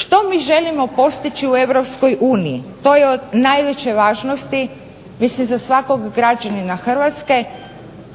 Što mi želimo postići u Europskoj uniji to je od najveće važnosti mislim za svakog građanina Hrvatske